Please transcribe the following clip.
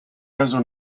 raso